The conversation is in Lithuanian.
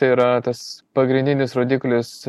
tai yra tas pagrindinis rodiklis